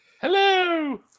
Hello